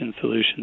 solutions